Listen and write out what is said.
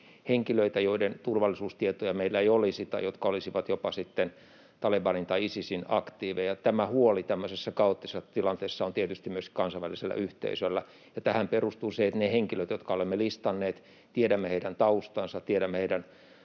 joiden turvallisuustietoja meillä ei olisi tai jotka olisivat jopa Talebanin tai Isisin aktiiveja. Tämä huoli tämmöisessä kaoottisessa tilanteessa on tietysti myös kansainvälisellä yhteisöllä, ja tähän perustuu se, että niistä henkilöistä, jotka olemme listanneet, tiedämme heidän taustansa, tiedämme heidän